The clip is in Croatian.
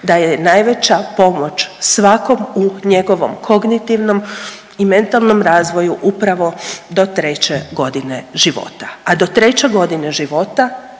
da je najveća pomoć svakom u njegovom kognitivnom i mentalnom razvoju upravo do treće godine života. A do treće godine života,